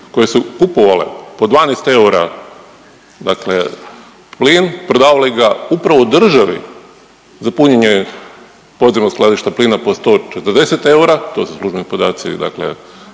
koje su kupovale po 12 eura dakle plin, prodavali ga upravo državi za punjenje podzemnog skladišta plina po 140 eura, to su službeni podaci dakle